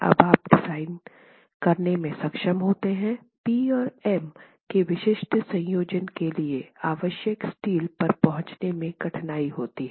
जब आप डिज़ाइन करने में सक्षम होते हैं P और M के विशिष्ट संयोजन के लिए आवश्यक स्टील पर पहुंचने में कठिनाई होती है